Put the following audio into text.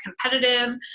competitive